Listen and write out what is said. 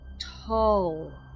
tall